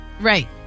Right